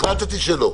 החלטתי שלא.